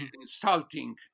insulting